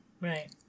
right